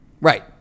Right